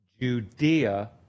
Judea